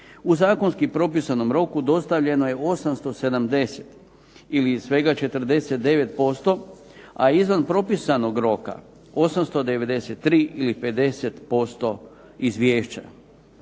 U zakonski propisanom roku dostavljeno je 870 ili svega 49%, a izvan propisanog roka 893 ili 50% izvješća.